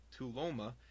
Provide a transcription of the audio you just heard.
Tuloma